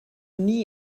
nie